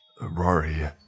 Rory